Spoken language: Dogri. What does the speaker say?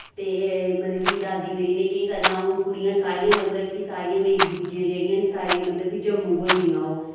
ते मतलब की दादी मेरी ने केह् करना हुन कुड़ियां सारियां मतलब की सारियां मेरी बूजियां जेह्ड़ियां न सारियां मतलब कि जम्मू ब्होई दियां ओह्